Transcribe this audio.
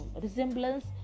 resemblance